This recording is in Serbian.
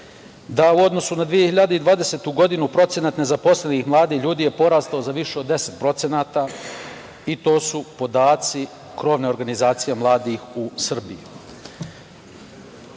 da u odnosu na 2020. godinu procenat nezaposlenih mladih ljudi je porastao za više od deset procenata i to su podaci Krovne organizacije mladih u Srbiji. Želim